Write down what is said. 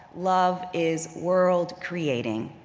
love is world-creating.